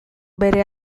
bere